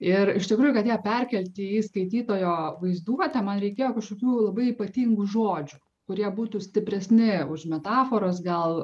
ir iš tikrųjų kad ją perkelti į skaitytojo vaizduotę man reikėjo kažkokių labai ypatingų žodžių kurie būtų stipresni už metaforas gal